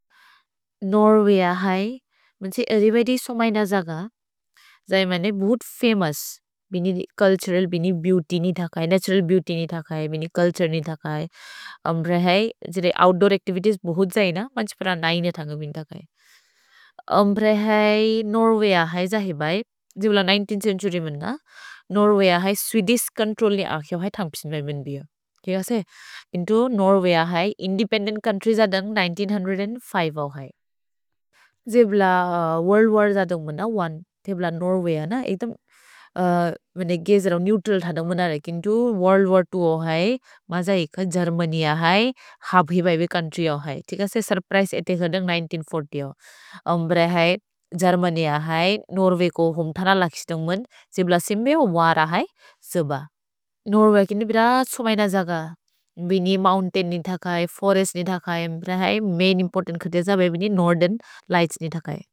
नोर्वेगिअ है, बेन्सि एरिबेदि सोमज्न जग, जयि मेने बुहुत् फमोउस्, बिनि चुल्तुरल्, बिनि बेऔत्य् नि थकै, नतुरल् बेऔत्य् नि थकै, बिनि चुल्तुरल् नि थकै। अम्ब्रे है, जिदे ओउत्दूर् अच्तिवितिएस् बुहुत् जयिन, बन्सि प्रन नैन थन्ग बिनि थकै। अम्ब्रे है, नोर्वेगिअ है जहि बै, जिबिल १९थ् चेन्तुर्य् मन्न, नोर्वेगिअ है स्वेदिश् चोन्त्रोल् नि अखिओ है थन्ग् पिसिन् मेमेन् बिअ। किन्तु नोर्वेगिअ है, इन्देपेन्देन्त् चोउन्त्र्य् जदन्ग् हज़ार नौ सौ पाँच औ है। जिबिल वोर्ल्द् वर् जदन्ग् मन्न ओने, थेब्ल नोर्वेगिअ न एक्तम्, बिने गेज् रओ नेउत्रल् थदन्ग् मन्न रओ, किन्तु वोर्ल्द् वर् त्वो औ है, मज एक गेर्मनिअ है, हभि बैबे चोउन्त्र्य् औ है, थेब्ल सुर्प्रिसे एते जदन्ग् हज़ार नौ सौ चालीस औ। अम्ब्रे है, गेर्मनिअ है, नोर्वेगो हुम् थन लकिस्तन्ग् मन्न्, जिबिल सिम्बे वर है, सेब। नोर्वेगिनु बिन त्सुमैन जग, बिनि मोउन्तैन् नि थकै, फोरेस्त् नि थकै। अम्ब्रे है, मैन् इम्पोर्तन्त् च्रितिकुए ज बिनि नोर्थेर्न् लिघ्त्स् नि थकै।